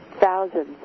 thousands